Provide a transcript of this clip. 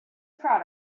proud